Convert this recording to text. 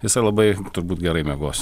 jisai labai turbūt gerai miegos